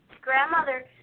grandmother